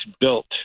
built